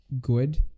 good